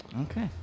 okay